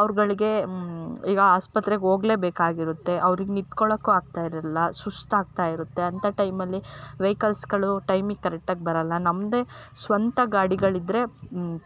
ಅವರುಗಳ್ಗೆ ಈಗ ಆಸ್ಪತ್ರೆಗೆ ಹೋಗ್ಲೆ ಬೇಕಾಗಿರುತ್ತೆ ಅವ್ರಿಗೆ ನಿತ್ಕೊಳ್ಳೋಕು ಆಗ್ತಾಯಿರಲ್ಲ ಸುಸ್ತಾಗ್ತಾಯಿರುತ್ತೆ ಅಂತ ಟೈಮಲ್ಲಿ ವೆಹಿಕಲ್ಸ್ಗಳು ಟೈಮಿಗ್ ಕರೆಟ್ಟಾಗಿ ಬರೊಲ್ಲ ನಮ್ಮದೆ ಸ್ವಂತ ಗಾಡಿಗಳಿದ್ರೆ